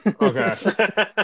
Okay